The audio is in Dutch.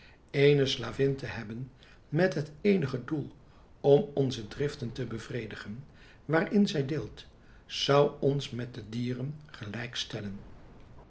eene slavin te hebben met het eenige doel om onze driften te bevredigen waarin zij deelt zou ons met de dieren gelijk stellen